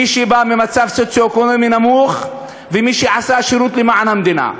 מי שבא ממצב סוציו-אקונומי נמוך ומי שעשה שירות למען המדינה,